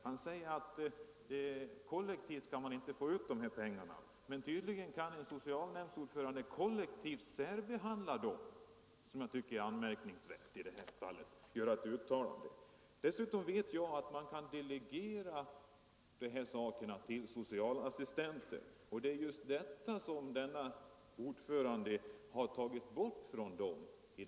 Han säger att kollektivt kan man inte få ut de här pengarna, men tydligen kan en socialnämndsordförande kollektivt särbehandla människor och göra uttalanden om dem. Det anser jag är anmärkningsvärt i det här fallet. Dessutom vet jag att man kan delegera uppgiften att ta hand om sådana här fall till socialassistenten.